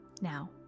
now